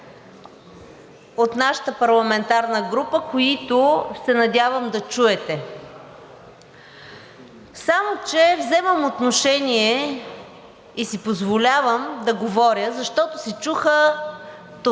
от нашата парламентарна група, които се надявам да чуете, само че вземам отношение и си позволявам да говоря, защото се чуха тотални